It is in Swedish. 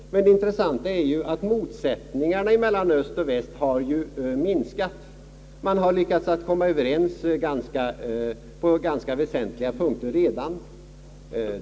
Men det intressanta är ju, att motsättningarna mellan Öst och Väst har minskat. Man har redan lyckats komma överens på ganska väsentliga punkter.